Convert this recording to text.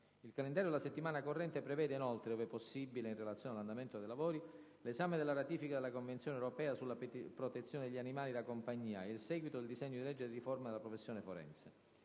Il calendario della settimana corrente prevede inoltre - ove possibile in relazione all'andamento dei lavori - l'esame della ratifica della Convenzione europea sulla protezione degli animali da compagnia e il seguito del disegno di legge di riforma della professione forense.